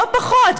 לא פחות.